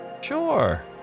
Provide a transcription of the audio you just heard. Sure